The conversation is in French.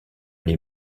les